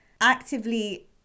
actively